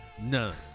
None